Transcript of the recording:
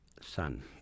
son